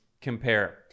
compare